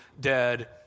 dead